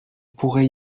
pourrait